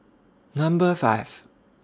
Number five